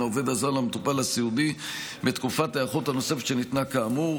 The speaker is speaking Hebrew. העובד הזר למטופל הסיעודי בתקופת ההיערכות הנוספת שניתנה כאמור,